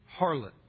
harlot